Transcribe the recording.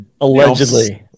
Allegedly